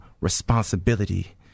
responsibility